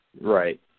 Right